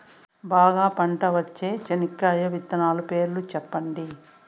బాగా పంట వచ్చే చెనక్కాయ విత్తనాలు పేర్లు సెప్పండి?